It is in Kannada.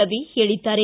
ರವಿ ಹೇಳಿದ್ದಾರೆ